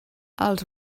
els